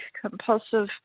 Compulsive